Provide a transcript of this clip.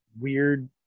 weird